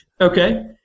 Okay